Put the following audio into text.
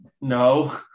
No